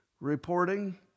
reporting